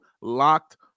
LOCKED